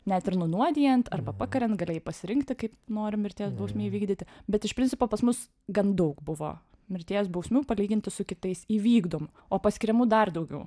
net ir nunuodijant arba pakariant galėjai pasirinkti kaip nori mirties bausmę įvykdyti bet iš principo pas mus gan daug buvo mirties bausmių palyginti su kitais įvykdomų o paskiriamų dar daugiau